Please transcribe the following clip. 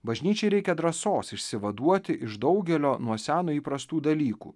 bažnyčiai reikia drąsos išsivaduoti iš daugelio nuo seno įprastų dalykų